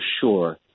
sure